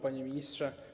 Panie ministrze!